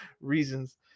reasons